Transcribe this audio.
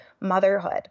motherhood